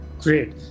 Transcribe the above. Great